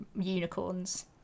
unicorns